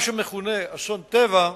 מה שמכונה "אסון טבע"